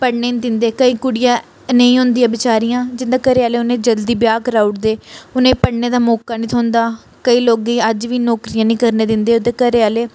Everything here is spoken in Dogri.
पढ़ने नी दिंदे केईं कुड़ियां नेहियां होंदियां बचैरियां जिंदे घरै आह्ला उ'नेंगी जल्दी ब्याह् कराऊ ओड़दे उनेंगी पढ़ने दा मौका नेईं थ्होंदा केईं लोकें अज्ज बी नौकरियां करन दिंदे उंदे घरै आह्ले